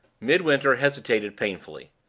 midwinter hesitated painfully.